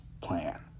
plan